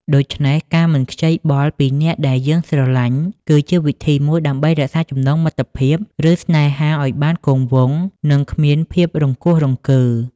ដូច្នេះ ការមិនខ្ចីបុលពីអ្នកដែលយើងស្រឡាញ់ គឺជាវិធីមួយដើម្បីរក្សាចំណងមិត្តភាព ឬស្នេហាឲ្យបានគង់វង្ស និងគ្មានភាពរង្គោះរង្គើ។